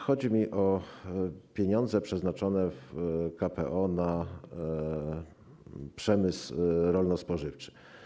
Chodzi mi o pieniądze przeznaczone w KPO na przemysł rolno-spożywczy.